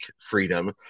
freedom